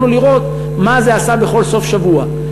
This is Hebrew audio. יכולנו לראות מה זה עשה בכל סוף שבוע.